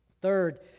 Third